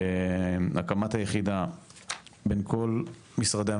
הקמת היחידה בין כל משרד הממשלה,